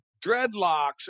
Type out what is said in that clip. dreadlocks